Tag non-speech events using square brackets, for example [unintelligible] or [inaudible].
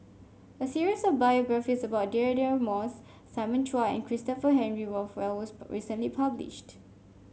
a series of biographies about Deirdre Moss Simon Chua and Christopher Henry Rothwell was [unintelligible] recently published